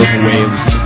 waves